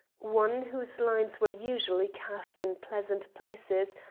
one whose lines were usually cast in pleasant places,